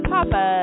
Papa